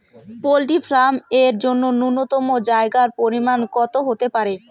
Poultry farm এর জন্য নূন্যতম জায়গার পরিমাপ কত হতে পারে?